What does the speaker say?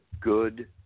good